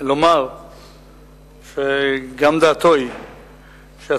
לומר שגם דעתו היא שהצורך